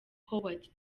howard